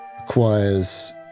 requires